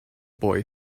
boy